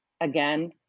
Again